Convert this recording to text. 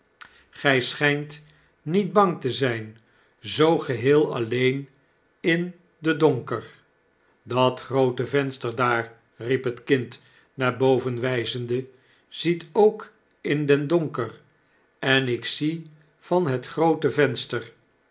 niet bang te zyn zoo geheel alleen in den donker w dat groote venster daar riep het kind naar boven wyzende ziet ook in den donker en ik zie van het groote venster